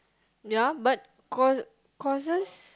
yeah but course courses